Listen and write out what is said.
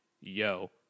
yo